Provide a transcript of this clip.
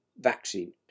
vaccine